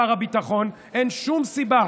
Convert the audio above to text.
שר הביטחון, אין שום סיבה.